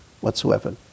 whatsoever